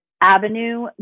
avenue